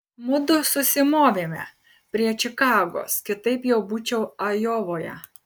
mudu susimovėme prie čikagos kitaip jau būčiau ajovoje